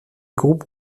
groupes